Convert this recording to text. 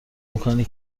میکنی